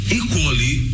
equally